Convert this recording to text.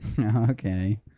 Okay